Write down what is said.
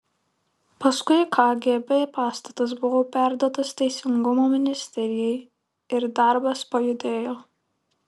paskui kgb pastatas buvo perduotas teisingumo ministerijai ir darbas pajudėjo